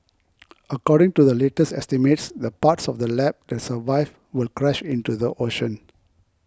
according to the latest estimates the parts of the lab that survive will crash into the ocean